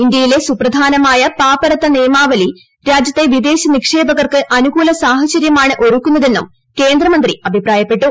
ഇന്ത്യയിലെ സുപ്രധാനമായ പാപ്പരത്ത നിയമാവലി രാജ്യത്തെ വിദേശ നിക്ഷേപകർക്ക് അനുകൂല സാഹചര്യമാണ് ഒരുക്കുന്നതെന്ന് കേന്ദ്രമന്ത്രി അഭിപ്രായപ്പെട്ടു